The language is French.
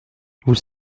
vous